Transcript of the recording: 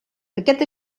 aquest